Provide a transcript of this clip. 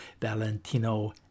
Valentino